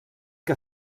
que